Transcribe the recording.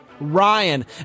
ryan